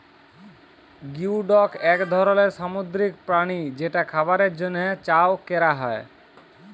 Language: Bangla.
গিওডক এক ধরলের সামুদ্রিক প্রাণী যেটা খাবারের জন্হে চাএ ক্যরা হ্যয়ে